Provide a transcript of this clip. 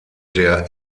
der